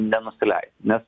nenusileisi nes